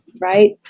right